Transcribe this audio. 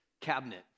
cabinet